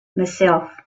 myself